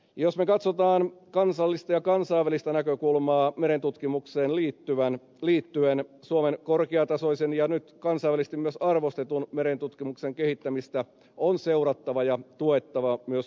jos me katsomme kansallista ja kansainvälistä näkökulmaa merentutkimukseen liittyen suomen korkeatasoisen ja nyt myös kansainvälisesti arvostetun merentutkimuksen kehittämistä on seurattava ja tuettava myös tulevaisuudessa